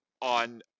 on